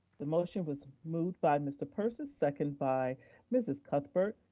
the motion was moved by mr. persis, second by mrs. cuthbert.